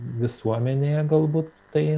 visuomenėje galbūt tai